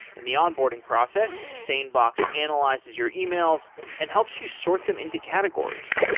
in the onboarding process, sanebox analyzes your e-mails and helps you sort them into categories.